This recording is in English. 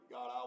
God